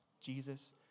Jesus